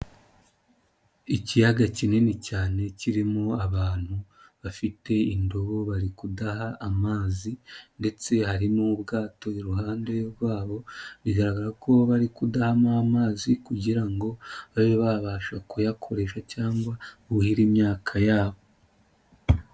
Ikiyaga kinini cyane kirimo abantu bafite indobo bari kudaha amazi ndetse hari n'ubwato iruhande rwabo, bigaragara ko bari kudahamo amazi kugira ngo babe babasha kuyakoresha cyangwa buhire imyaka yabo.